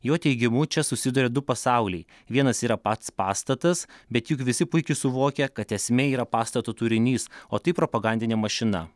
jo teigimu čia susiduria du pasauliai vienas yra pats pastatas bet juk visi puikiai suvokia kad esmė yra pastato turinys o tai propagandinė mašina